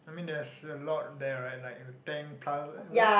I mean there's a lot there right like in the tank pile was it